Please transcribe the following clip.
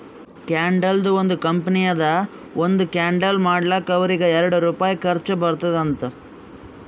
ಕ್ಯಾಂಡಲ್ದು ಒಂದ್ ಕಂಪನಿ ಅದಾ ಒಂದ್ ಕ್ಯಾಂಡಲ್ ಮಾಡ್ಲಕ್ ಅವ್ರಿಗ ಎರಡು ರುಪಾಯಿ ಖರ್ಚಾ ಬರ್ತುದ್ ಅಂತ್